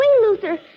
Luther